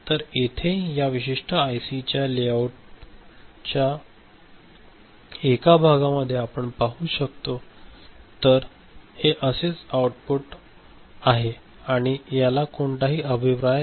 तर येथे या विशिष्ट आयसीच्या लेआउटच्या एका भागामध्ये आपण पाहू शकतो तर हे असे आउटपुट आहे आणि याला कोणताही अभिप्राय नाही